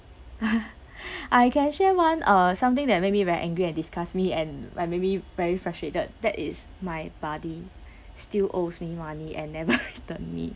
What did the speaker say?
I can share one uh something that made me very angry and disgust me and like made me very frustrated that is my buddy still owes me money and never return me